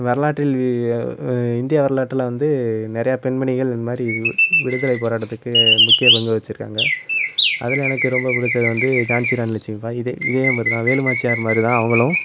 வரலாற்றில் இந்தியா வரலாற்றில் வந்து நிறையா பெண்மணிகள் இதுமாதிரி விடுதலை போராட்டத்துக்கு முக்கிய பங்கு வகிச்சிருக்காங்கள் அதில் எனக்கு ரொம்ப பிடிச்சது வந்து ஜான்சி ராணி லெட்சுமி பாய் இதே இதேமாதிரிதான் வேலு நாச்சியார்மாதிரிதான் அவங்களும்